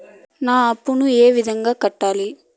నా అప్పులను ఏ విధంగా కట్టాలి?